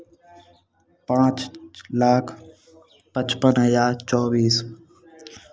पाँच लाख पचपन हज़ार चौबीस